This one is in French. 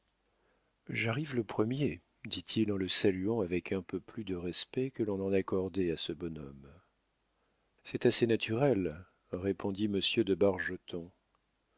j'arrive le premier dit-il en le saluant avec un peu plus de respect que l'on n'en accordait à ce bonhomme c'est assez naturel répondit monsieur de